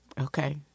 Okay